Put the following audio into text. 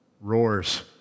roars